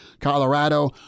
Colorado